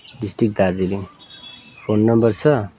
district Darjeeling phone number छ